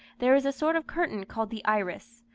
there is a sort of curtain called the iris,